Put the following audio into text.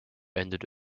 ended